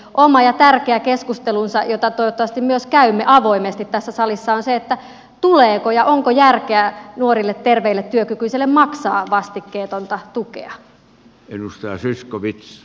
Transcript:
oma ja tärkeä keskustelunsa jota toivottavasti myös käymme avoimesti tässä salissa on se tuleeko ja onko järkeä nuorille terveille työkykyisille maksaa vastikkeetonta tukea